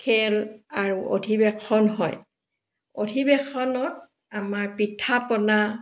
খেল আৰু অধিৱেশন হয় অধিৱেশনত আমাৰ পিঠা পনা